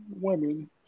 women